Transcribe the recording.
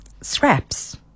scraps